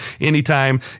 anytime